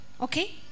Okay